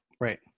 right